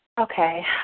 Okay